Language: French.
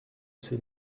sais